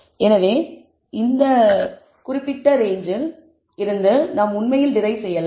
எனவே இந்த குறிப்பிட்ட ரேஞ்சில் இருந்து நாம் உண்மையில் டெரிவ் செய்யலாம்